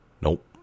Nope